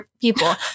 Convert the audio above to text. people